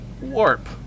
Warp